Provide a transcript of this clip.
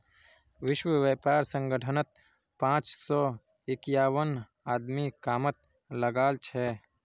विश्व व्यापार संगठनत पांच सौ इक्यावन आदमी कामत लागल छ